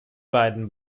beiden